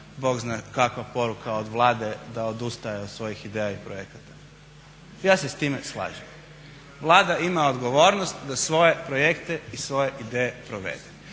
bog zna kakva poruka od Vlade da odustaje od svojih ideja i projekata. Ja se s time slažem. Vlada ima odgovornost da svoje projekte i svoje ideje provede.